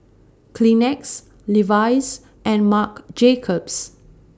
Kleenex Levi's and Marc Jacobs